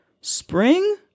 spring